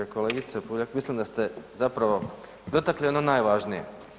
Kolegice Puljak, mislim da ste zapravo dotakli ono najvažnije.